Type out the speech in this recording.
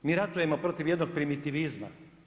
Mi ratujemo protiv jednog primitivizma.